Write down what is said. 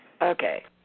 Okay